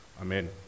Amen